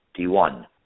D1